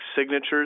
signatures